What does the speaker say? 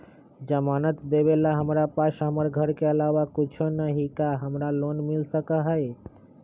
जमानत देवेला हमरा पास हमर घर के अलावा कुछो न ही का हमरा लोन मिल सकई ह?